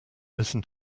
listen